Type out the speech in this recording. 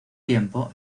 tiempo